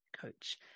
coach